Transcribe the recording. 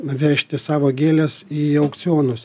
vežti savo gėles į aukcionus